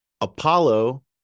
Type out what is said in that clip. Apollo